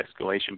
escalation